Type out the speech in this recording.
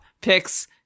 picks